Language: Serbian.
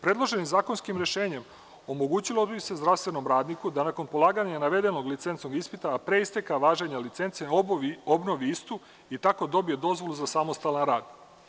Predloženim zakonskim rešenjem omogućilo bi se zdravstvenom radniku da nakon polaganja redovnog licencnog ispita, a pre isteka važenja licence obnovi istu i tako dobije dozvolu za samostalan rad.